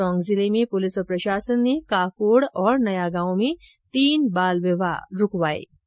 टोंक जिले में पुलिस और प्रशासन ने काकोड और नया गांव में तीन बाल विवाह रूकवाये गये